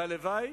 והלוואי